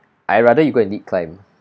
I'd rather you go and lead climb